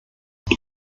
die